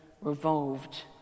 revolved